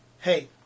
Hey